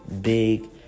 big